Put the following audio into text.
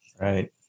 Right